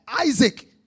Isaac